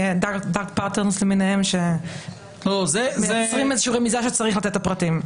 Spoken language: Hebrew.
dark patterns למיניהם שמייצרים איזשהו רמיזה שצריך לתת את הפרטים.